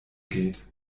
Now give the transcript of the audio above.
geht